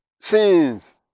sins